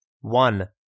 One